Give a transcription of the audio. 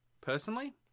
personally